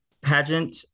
pageant